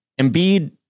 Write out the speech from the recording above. Embiid